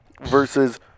versus